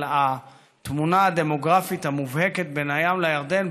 התמונה הדמוגרפית המובהקת בין הים לירדן,